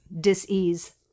dis-ease